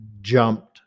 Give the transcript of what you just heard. jumped